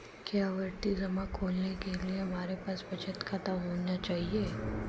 क्या आवर्ती जमा खोलने के लिए हमारे पास बचत खाता होना चाहिए?